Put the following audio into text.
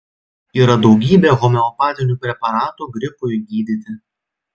yra daugybė homeopatinių preparatų gripui gydyti